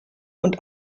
und